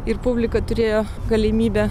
ir publika turėjo galimybę